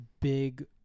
big